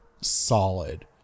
solid